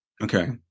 okay